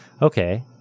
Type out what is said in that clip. Okay